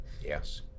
Yes